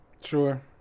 Sure